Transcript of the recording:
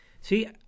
See